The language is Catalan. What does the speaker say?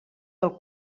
del